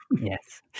Yes